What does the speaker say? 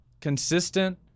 consistent